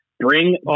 Bring